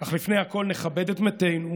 אך לפני הכול נכבד את מתינו,